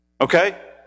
Okay